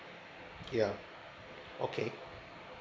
yeah okay